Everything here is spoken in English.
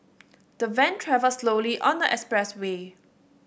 the van travelled slowly on the expressway